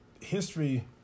history